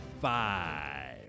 five